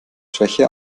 schwäche